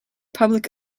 public